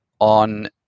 on